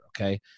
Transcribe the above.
Okay